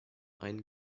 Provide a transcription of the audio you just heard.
einen